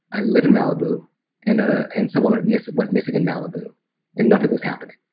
i lived in malibu and ah and someone went missing went missing in malibu and nothing was happening.